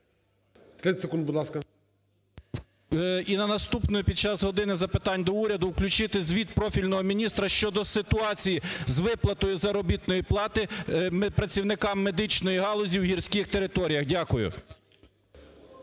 І на наступне під час "години запитань до Уряду" включити звіт профільного міністра щодо ситуації з виплатою заробітної плати працівникам медичної галузі в гірських територіях. Дякую.